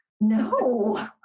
No